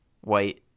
white